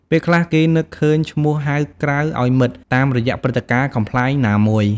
ពេលខ្លះ គេនឹកឃើញឈ្មោះហៅក្រៅឱ្យមិត្ត តាមរយៈព្រឹត្តិការណ៍កំប្លែងណាមួយ។